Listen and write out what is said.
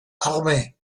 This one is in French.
armée